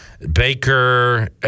baker